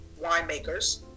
winemakers